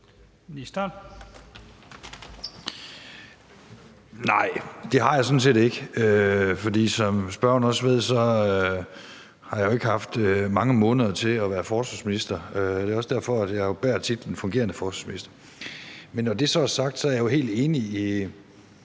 Nej, det har jeg sådan set ikke, for som spørgeren også ved, har jeg jo ikke haft mange måneder til at være forsvarsminister i. Det er jo også derfor, at jeg bærer titlen fungerende forsvarsminister. Men når det så er sagt, er jeg jo helt enig i